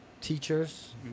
teachers